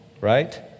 right